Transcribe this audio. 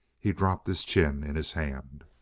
he dropped his chin in his hand,